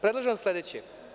Predlažem vam sledeće.